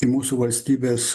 į mūsų valstybės